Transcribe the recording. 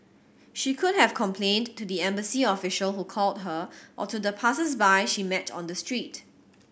she could have complained to the embassy official who called her or to the passersby she met on the street